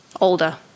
older